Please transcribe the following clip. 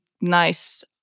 nice